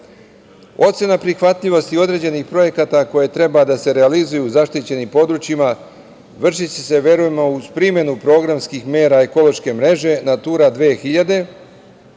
prihvatljivosti određenih projekata koji treba da se realizuju u zaštićenim područjima vršiće se, verujemo, uz primenu programskih mera Ekološke mreže „Natura 2000“,